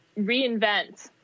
reinvent